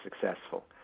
successful